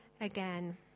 again